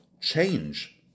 change